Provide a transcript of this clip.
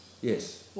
Yes